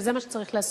וזה מה שצריך לעשות.